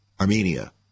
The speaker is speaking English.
Armenia